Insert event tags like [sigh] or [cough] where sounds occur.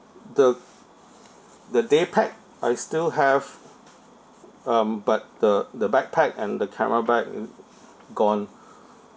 the the day pack I still have um but the the backpack and the camera bag [noise] gone